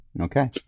Okay